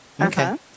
Okay